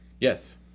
Yes